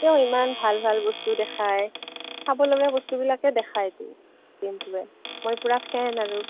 তেওঁ ইমান ভাল ভাল বস্তু দেখায় চাবলগা বস্তুবিলাকে দেখায়তো ডিম্পুৱে মই পুৰা ফেন আৰু